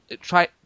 Try